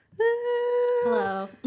Hello